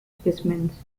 specimens